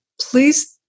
please